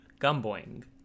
Gumboing